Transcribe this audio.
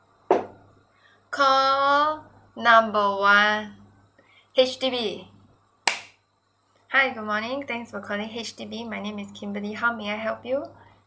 call number one H_D_B hi good morning thanks for calling H_D_B my name is kimberly how may I help you